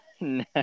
No